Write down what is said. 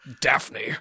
Daphne